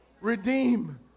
redeem